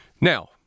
Now